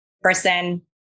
person